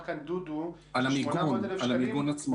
על המיגון עצמו.